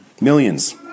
Millions